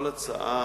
כל הצעה.